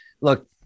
Look